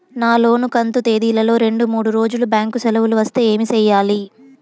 నా లోను కంతు తేదీల లో రెండు మూడు రోజులు బ్యాంకు సెలవులు వస్తే ఏమి సెయ్యాలి?